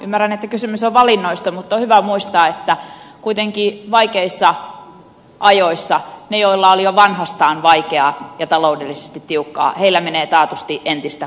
ymmärrän että kysymys on valinnoista mutta on hyvä muistaa että kuitenkin vaikeissa ajoissa niillä joilla oli jo vanhastaan vaikeaa ja taloudellisesti tiukkaa menee taatusti entistä huonommin